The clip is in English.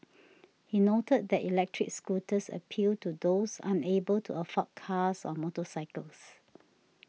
he noted that electric scooters appealed to those unable to afford cars or motorcycles